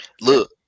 Look